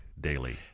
daily